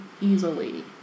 easily